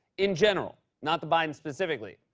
in general, not the bidens, specifically.